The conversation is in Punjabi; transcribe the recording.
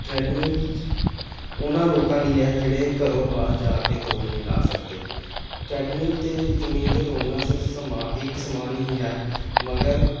ਟ੍ਰੈਡਮਿਲ 'ਚ ਉਹਨਾਂ ਲੋਕਾਂ ਲਈ ਹੈ ਜਿਹੜੇ ਘਰੋਂ ਬਾਹਰ ਜਾ ਕੇ ਦੌੜ ਨਹੀਂ ਲਾ ਸਕਦੇ ਟ੍ਰੈਡਮਿਲ 'ਤੇ ਜਮੀਨ 'ਤੇ ਦੌੜਨਾ ਸਿਰਫ ਸਮਾਂ ਇੱਕ ਸਮਾਨ ਹੀ ਹੈ ਮਗਰ